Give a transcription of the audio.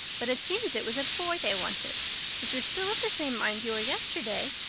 but it seems it was a boy they wanted. so if you're still of the same mind you were yesterday,